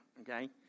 okay